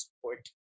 support